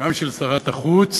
וגם של שרת החוץ